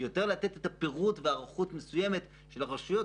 יותר לתת את הפירוט בהיערכות מסוימת של הרשויות.